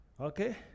Okay